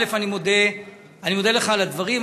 אני מודה לך על הדברים,